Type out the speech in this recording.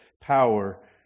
power